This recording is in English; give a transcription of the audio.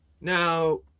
now